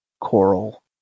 coral